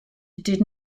did